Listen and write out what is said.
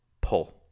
pull